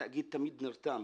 התאגיד תמיד נרתם